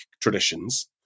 traditions